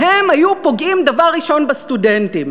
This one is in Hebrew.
והם היו פוגעים דבר ראשון בסטודנטים.